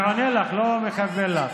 אני עונה לך, לא מכוון לך.